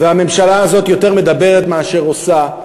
והממשלה הזאת יותר מדברת מאשר עושה,